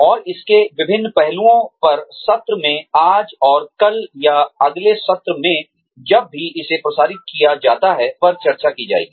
और इसके विभिन्न पहलुओं पर सत्र में आज और कल या अगले सत्र में जब भी इसे प्रसारित किया जाता है पर चर्चा की जाएगी